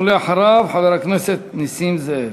ואחריו, חבר הכנסת נסים זאב.